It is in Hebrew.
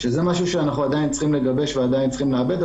שזה משהו שאנחנו עדיין צריכים לגבש ולעבוד עליו.